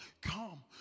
Come